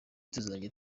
tuzajya